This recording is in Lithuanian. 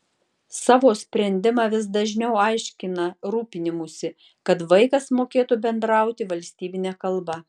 savo sprendimą vis dažniau aiškina rūpinimųsi kad vaikas mokėtų bendrauti valstybine kalba